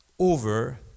over